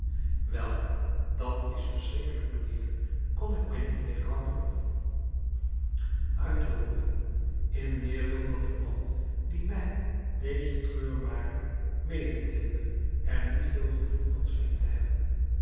wel dat is verschrikkelijk mijnheer kon ik mij niet weêrhouden uit te roepen in weêrwil dat de man die mij deze treurmare mededeelde er niet veel gevoel van scheen te hebben